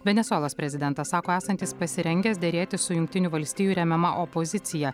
venesuelos prezidentas sako esantis pasirengęs derėtis su jungtinių valstijų remiama opozicija